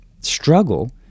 struggle